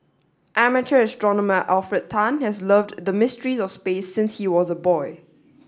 amateur astronomer Alfred Tan has loved the mysteries of space since he was a boy